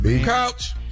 Couch